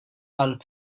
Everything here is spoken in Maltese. qalb